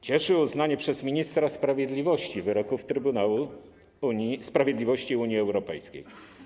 Cieszy uznanie przez ministra sprawiedliwości wyroków Trybunału Sprawiedliwości Unii Europejskiej.